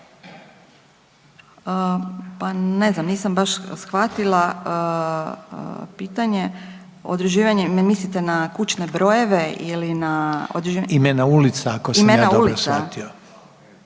Pa ne znam, nisam baš shvatila pitanje. Određivanje, mislite na kućne brojeve ili na .../Upadica: Imena ulica, ako sam ja dobro shvatio./...